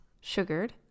sugared